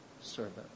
servant